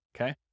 okay